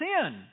sin